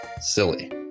silly